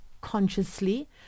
consciously